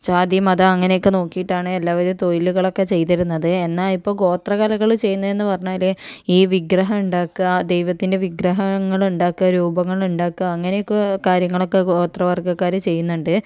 ജാതി മതം അങ്ങനെ ഒക്കെ നോക്കിയിട്ടാണ് എല്ലാവരും തൊഴിലുകളൊക്കെ ചെയ്തിരുന്നത് എന്നാൽ ഇപ്പം ഗോത്ര കലകള് ചെയ്യുന്നതെന്ന് പറഞ്ഞാല് ഈ വിഗ്രഹം ഉണ്ടാക്കുക ദൈവത്തിൻ്റെ വിഗ്രഹങ്ങള് ഉണ്ടാക്കുക രൂപങ്ങള് ഉണ്ടാക്കുക അങ്ങനെയൊക്കെ കാര്യങ്ങളൊക്ക ഗോത്രവർഗ്ഗക്കാര് ചെയ്യുന്നുണ്ട്